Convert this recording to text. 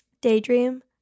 daydream